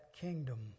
kingdom